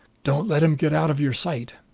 don't let him get out of your sight.